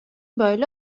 böyle